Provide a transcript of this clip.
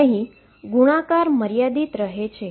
અહી ગુણાકાર મર્યાદિત રહે છે